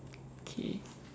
okay